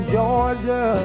Georgia